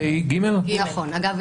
אגב,